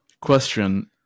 Question